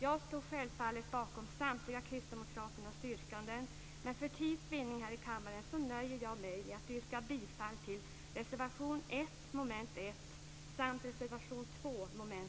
Jag står självfallet bakom samtliga yrkanden från Kristdemokraterna men för tids vinnande här i kammaren nöjer jag mig med att yrka bifall till reservation 1 under mom. 1 samt reservation